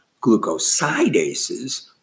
glucosidases